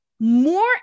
more